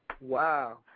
Wow